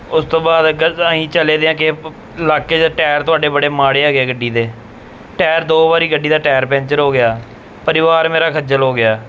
ਉਸ ਤੋਂ ਬਾਅਦ ਅਗਰ ਅਸੀਂ ਚੱਲੇ ਦੇ ਆ ਕੇ ਇਲਾਕੇ 'ਚ ਟਾਇਰ ਤੁਹਾਡੇ ਬੜੇ ਮਾੜੇ ਹੈਗੇ ਗੱਡੀ ਦੇ ਟਾਇਰ ਦੋ ਵਾਰੀ ਗੱਡੀ ਦਾ ਟਾਇਰ ਪੈਂਚਰ ਹੋ ਗਿਆ ਪਰਿਵਾਰ ਮੇਰਾ ਖੱਜਲ ਹੋ ਗਿਆ